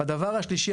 הדבר השלישי,